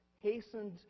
hastened